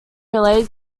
related